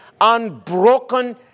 unbroken